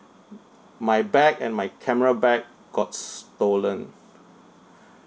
my bag and my camera bag got stolen